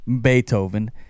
Beethoven